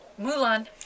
Mulan